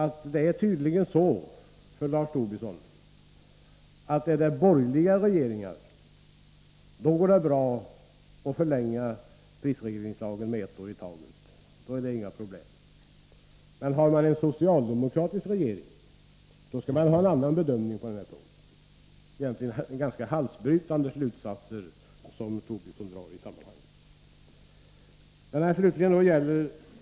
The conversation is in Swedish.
Tydligen är det så för Lars Tobisson, att är det borgerliga regeringar går det bra att förlänga prisregleringslagen med ett år i taget utan att det blir några problem, men har man en socialdemokratisk regering skall man ha en annan bedömning på den punkten. Det är egentligen ganska halsbrytande slutsatser Lars Tobisson drar.